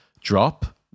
drop